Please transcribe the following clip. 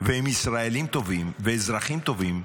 והם ישראלים טובים ואזרחים טובים,